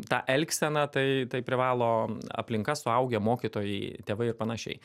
tą elgseną tai tai privalo aplinka suaugę mokytojai tėvai ir panašiai